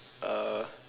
uh